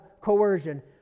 coercion